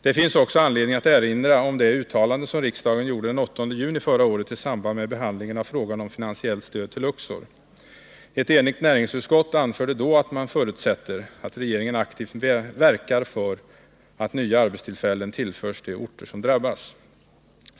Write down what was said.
Det finns också anledning att erinra om det uttalande som riksdagen gjorde den 8 juni förra året i samband med behandlingen av frågan om finansiellt stöd till Luxor. Ett enigt näringsutskott anförde då att man förutsätter att regeringen aktivt verkar för att nya arbetstillfällen tillförs de orter som drabbas.